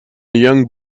young